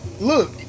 look